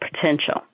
potential